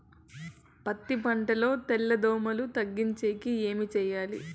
పత్తి పంటలో తెల్ల దోమల తగ్గించేకి ఏమి చేయాలి?